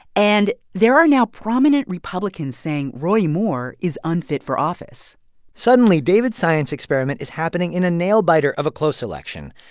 and there are now prominent republicans saying roy moore is unfit for office suddenly, david's science experiment is happening in a nail-biter of a close election,